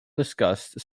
discussed